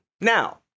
now